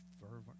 fervent